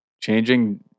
Changing